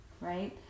right